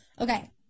Okay